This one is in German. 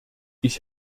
ich